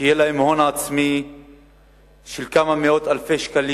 להגיע להון עצמי של כמה מאות אלפי שקלים